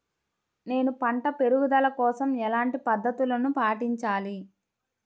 నేను పంట పెరుగుదల కోసం ఎలాంటి పద్దతులను పాటించాలి?